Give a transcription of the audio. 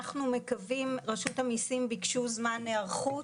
אנשי רשות המיסים ביקשו זמן להיערכות.